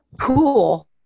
cool